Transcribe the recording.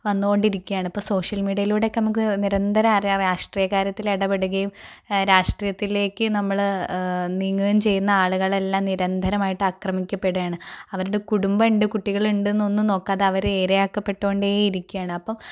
വന്നുകൊണ്ടിരിക്കുകയാണ് ഇപ്പോൾ സോഷ്യൽ മീഡിയയിലൂടെ ഒക്കെ നമുക്ക് നിരന്തരം അറിയാം രാഷ്ട്രീയ കാര്യത്തിൽ ഇടപെടുകയും രാഷ്ട്രീയത്തിലേക്ക് നമ്മൾ നീങ്ങുകയും ചെയ്യുന്ന ആളുകളെല്ലാം നിരന്തരമായിട്ട് ആക്രമിക്കപ്പെടുകയാണ് അവരുടെ കുടുംബമുണ്ട് കുട്ടികളുണ്ട് എന്നൊന്നും നോക്കാതെ അവരെ ഇരയാക്ക പെട്ടു കൊണ്ടേ ഇരിക്കുകയാണ് അപ്പം